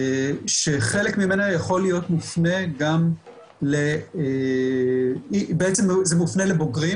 שחלק ממנה יכול להיות מופנה גם בעצם זה מופנה לבוגרים